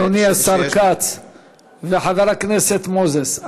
אדוני השר כץ וחבר הכנסת מוזס,